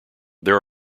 there